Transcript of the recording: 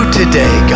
today